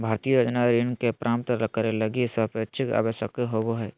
भारतीय योजना ऋण के प्राप्तं करे लगी संपार्श्विक आवश्यक होबो हइ